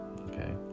Okay